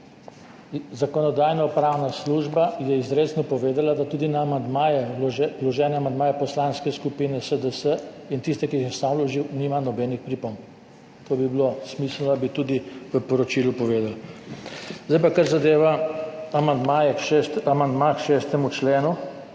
Zakonodajno-pravna služba je izrecno povedala, da tudi na amandmaje, vložene amandmaje Poslanske skupine SDS in tiste, ki jih je sam vložil, nima nobenih pripomb. To bi bilo smiselno, da bi tudi v poročilu povedali. Zdaj pa kar zadeva amandma k 6. členu.